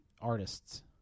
artists